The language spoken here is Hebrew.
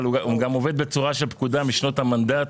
אבל הוא גם עובד בצורה של פקודה משנות המנדט.